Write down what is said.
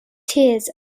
tears